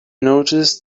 noticed